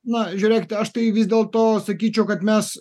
na žiūrėkite aš tai vis dėlto sakyčiau kad mes